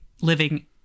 living